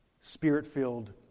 spirit-filled